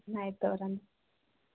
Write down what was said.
ಆಯ್ತವರನ್ನು